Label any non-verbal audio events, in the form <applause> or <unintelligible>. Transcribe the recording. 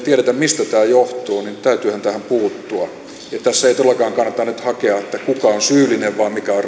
<unintelligible> tiedetä mistä tämä johtuu niin täytyyhän tähän puuttua ja tässä ei todellakaan kannata nyt hakea sitä kuka on syyllinen vaan sitä mikä on ratkaisu se on <unintelligible>